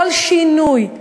כל שינוי,